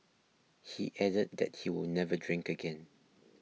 he added that he will never drink again